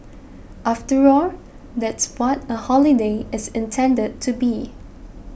after all that's what a holiday is intended to be